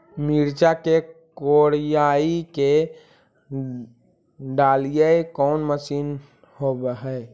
मिरचा के कोड़ई के डालीय कोन मशीन होबहय?